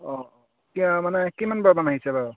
অঁ কিমান মানে কিমানবাৰমান আহিছে বাৰু